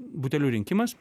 butelių rinkimas